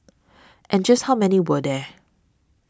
and just how many were there